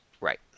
Right